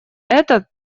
это